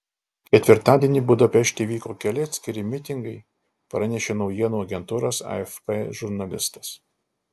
ketvirtadienį budapešte vyko keli atskiri mitingai pranešė naujienų agentūros afp žurnalistas